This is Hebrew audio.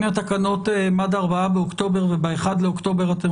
אם התקנות הן עד ה-4 באוקטובר וב-1 באוקטובר אתם